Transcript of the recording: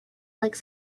like